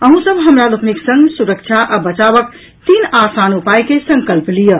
अहूँ सब हमरा लोकनिक संग सुरक्षा आ बचावक तीन आसान उपायके संकल्प लियऽ